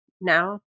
now